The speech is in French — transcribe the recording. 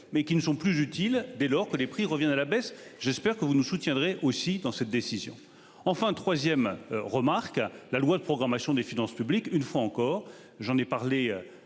mais qui ne sont plus utiles, dès lors que les prix reviennent à la baisse. J'espère que vous nous soutiendrez aussi dans cette décision, enfin 3ème, remarque la loi de programmation des finances publiques. Une fois encore, j'en ai parlé à plusieurs